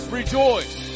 rejoice